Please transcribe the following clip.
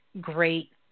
great